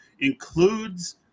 includes –